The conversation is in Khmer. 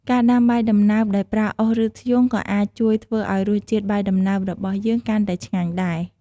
ការដាំបាយដំណើបដោយប្រើអុស ឬ ធ្យូងក៏អាចជួយធ្វើឱ្យរសជាតិបាយដំណើបរបស់យើងកាន់តែឆ្ងាញ់ដែរ។